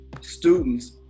students